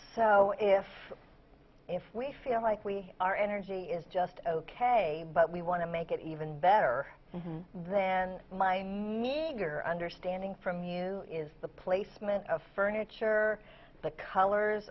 so if if we feel like we are energy is just ok but we want to make it even better than mine meager understanding from you is the placement of furniture the colors